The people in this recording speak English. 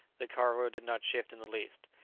the cargo did not shift in the least.